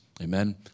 Amen